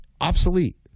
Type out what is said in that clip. obsolete